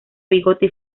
bigote